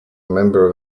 member